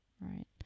Right